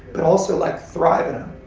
but also like thrive in them.